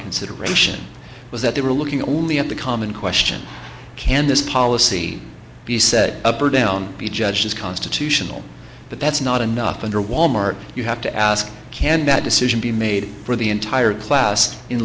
consideration was that they were looking only at the common question can this policy be set up or down the judges constitution but that's not enough under wal mart you have to ask can that decision be made for the entire class in